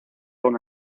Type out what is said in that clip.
una